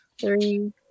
three